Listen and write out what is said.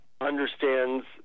understands